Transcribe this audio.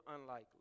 unlikely